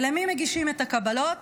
ולמי מגישים את הקבלות?